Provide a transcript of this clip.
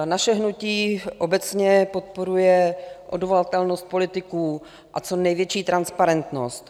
Naše hnutí obecně podporuje odvolatelnost politiků a co největší transparentnost.